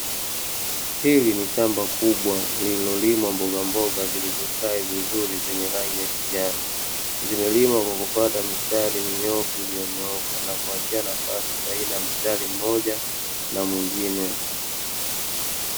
Hili ni shamba kubwa lililolimwa mbogamboga zilizostawi vizuri zenye rangi ya kijani, zimelimwa kwa kufata mistari minyoofu iliyonyooka na kuachia nafasi baina ta mstari mmoja na mwengine.